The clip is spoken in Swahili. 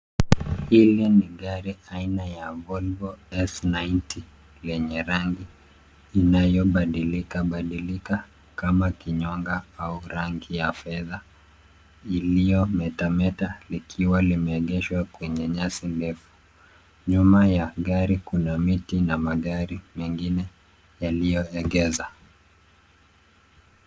Hili ni gari aina ya volvo S90 enye rangi inayo badilika badilika kama kinyonga au rangi ya fedha iliyo meta meta likiwa limeegeshwa kwenye nyasi ndefu. Nyuma ya gari kuna miti na magari mengine yalioegeshwa.